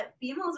females